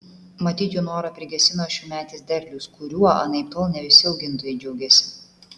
matyt jų norą prigesino šiųmetis derlius kuriuo anaiptol ne visi augintojai džiaugėsi